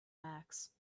backs